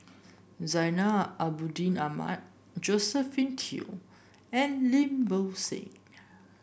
Zainal Abidin Ahmad Josephine Teo and Lim Bo Seng